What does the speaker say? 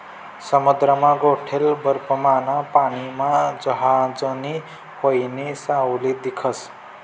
समुद्रमा गोठेल बर्फमाना पानीमा जहाजनी व्हावयी सावली दिखस